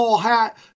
Hat